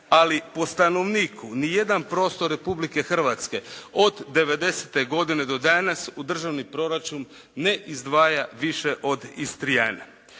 Ali po stanovniku ni jedan prostor Republike Hrvatske od '90. godine do danas u državni proračun ne izdvaja više od Istrijana.